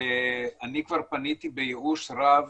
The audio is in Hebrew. ואני כבר פניתי בייאוש רב